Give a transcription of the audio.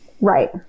right